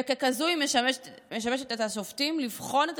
וככזאת היא משמשת את השופטים לבחון את